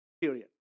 Period